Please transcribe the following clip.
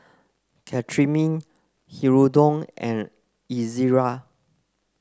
Cetrimide Hirudoid and Ezerra